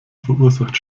verursacht